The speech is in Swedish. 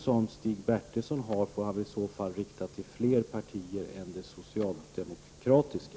Stig Bertilsson får alltså rikta sin oro till fler partier än det socialdemokratiska.